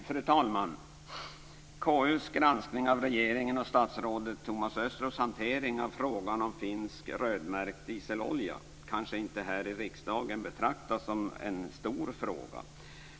Fru talman! KU:s granskning av regeringens och statsrådet Thomas Östros hantering av frågan om finsk rödmärkt dieselolja kanske inte här i riksdagen betraktas som en stor fråga.